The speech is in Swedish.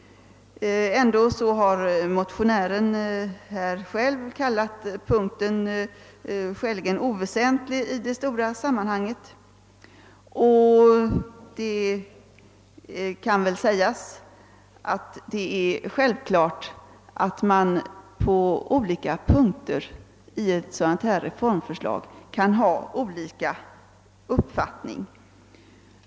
Ändå har en talesman för dem som väckt det motionspar, på vilket reservationen bygger, karakteriserat punkten som skäligen oväsentlig i det stora sammanhanget. Självfallet kan man rörande olika avsnitt i ett sådant här reformförslag ha skilda uppfattningar.